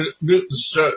Newton's